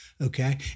Okay